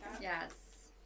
Yes